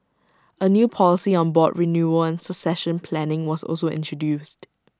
A new policy on board renewal and succession planning was also introduced